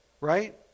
right